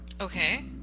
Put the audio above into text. Okay